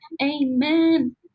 Amen